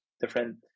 different